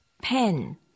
pen